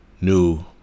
new